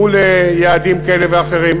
מול יעדים כאלה ואחרים.